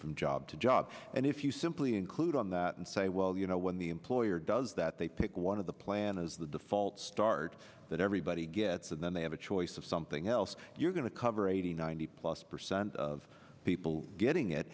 from job to job and if you simply include on that and say well you know when the employer does that they pick one of the plan as the default start that everybody gets and then they have a choice of something else you're going to cover eighty ninety plus percent of people getting it